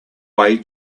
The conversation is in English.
way